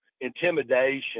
intimidation